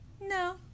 No